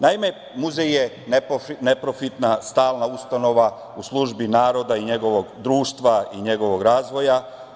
Naime, muzej je neprofitna stalna ustanova u službi naroda i njegovog društva i njegovog razvoja.